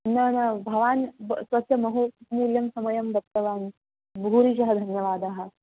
न न भवान् स्वस्य बहु अमूल्यं समयं दत्तवान् भूरिशः धन्यवादः